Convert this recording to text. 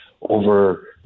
over